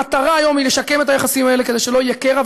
המטרה היום היא לשקם את היחסים האלה כדי שלא יהיה קרע,